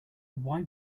why